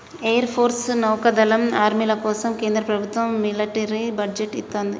air force, నౌకాదళం, ఆర్మీల కోసం కేంద్ర ప్రభత్వం మిలిటరీ బడ్జెట్ ఇత్తంది